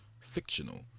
fictional